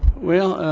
well,